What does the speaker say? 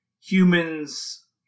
humans